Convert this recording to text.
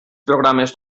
programes